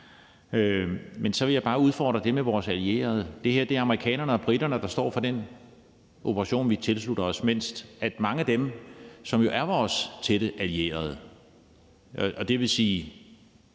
Men så vil jeg bare udfordre det med vores allierede. Det er amerikanerne og briterne, der står for den operation, som vi tilslutter os, mens ingen af de lande, som jo er vores tætte allierede, dvs.